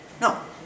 No